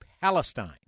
Palestine